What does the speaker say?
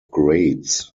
grades